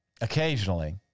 occasionally